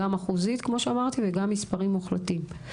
גם אחוזית וגם מספרים מוחלטים.